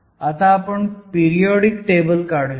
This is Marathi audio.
आता आपण पिरियोडिक टेबल काढुयात